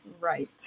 right